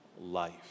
life